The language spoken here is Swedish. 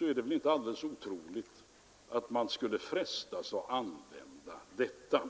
är det väl inte alldeles otroligt att de frestades att använda detta.